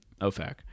OFAC